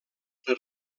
per